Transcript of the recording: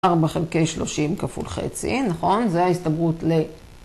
ארבע חלקי שלושים כפול חצי, נכון? זה ההסתברות ל...